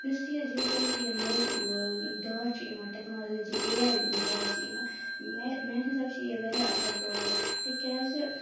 یُس یہِ یُس زَن تہِ یہِ نوٚو دور چھِ یِوان ٹیکنالجی اے آی یُن دور چھِ یِوان مےٚ میٛانہِ حِساب چھِ یہِ واریاہ اَصٕل دور تِکیٛازِ